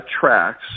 tracks